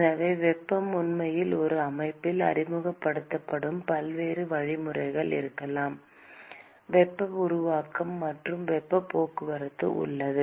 எனவே வெப்பம் உண்மையில் ஒரு அமைப்பில் அறிமுகப்படுத்தப்படும் பல்வேறு வழிமுறைகள் இருக்கலாம் எனவே ஒரே நேரத்தில் வெப்ப உருவாக்கம் மற்றும் வெப்ப போக்குவரத்து உள்ளது